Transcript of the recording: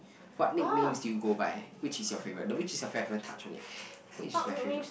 what nicknames do you go by which is your favourite the which is your favourite I haven't touch yet which is my favourite